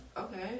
Okay